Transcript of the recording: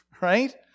right